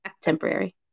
temporary